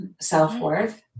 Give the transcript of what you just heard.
self-worth